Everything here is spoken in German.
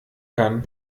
kann